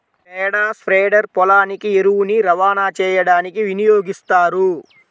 పేడ స్ప్రెడర్ పొలానికి ఎరువుని రవాణా చేయడానికి వినియోగిస్తారు